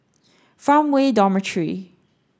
Farmway Dormitory